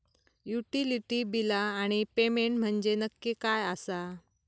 Utility बिला आणि payment म्हंजे नक्की काय आसा?